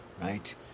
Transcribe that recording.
right